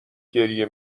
گریه